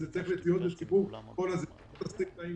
אבל צריך לתת מענה גם לבמאים,